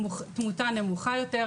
תמותה נמוכה יותר,